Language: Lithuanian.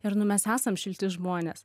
ir nu mes esam šilti žmonės